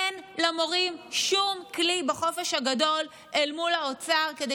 אין למורים שום כלי בחופש הגדול אל מול האוצר כדי